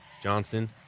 Johnson